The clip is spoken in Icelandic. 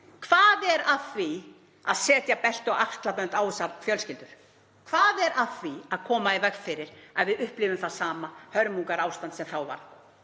Hvað er að því að setja belti og axlabönd á þessar fjölskyldur? Hvað er að því að koma í veg fyrir að við upplifum það sama hörmungarástand sem þá var?